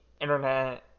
internet